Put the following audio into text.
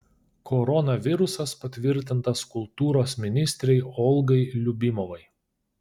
koronavirusas patvirtintas kultūros ministrei olgai liubimovai